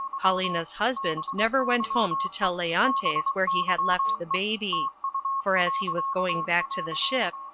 paulina's husband never went home to tell leontes where he had left the baby for as he was going back to the ship,